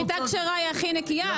שחיטה כשרה היא הכי נקייה,